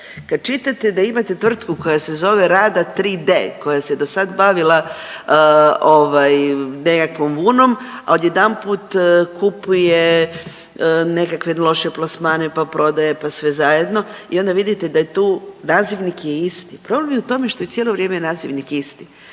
Kad čitate da imate tvrtku koja se zove Rada 3D koja se do sad bavila ovaj, nekakvom vunom, a odjedanput kupuje nekakve loše plasmane, pa prodaje, pa sve zajedno i onda vidite da je tu, nazivnik je isti. Problem je u tome što je cijelo vrijeme nazivnik isti.